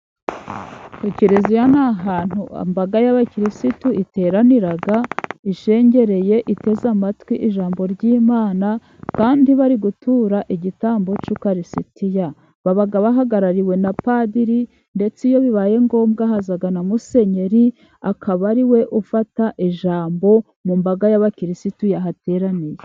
Ikiliziya ni ahantu imbaga y'abakirisitu iteranira ishengereye, iteze amatwi ijambo ry'Imana, kandi bari gutura igitambo cy'ukarisitiya. Baba bahagarariwe na Padiri. Ndetse iyo bibaye ngombwa haza na Musenyeri akaba ari we ufata ijambo mu mbaga y'abakirisitu yahateraniye.